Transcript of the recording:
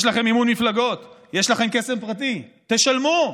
יש לכם מימון מפלגות, יש לכם כסף פרטי, תשלמו.